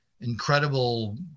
incredible